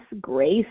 grace